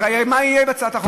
הרי מה יהיה בהצעת החוק הזאת?